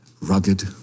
rugged